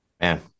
Man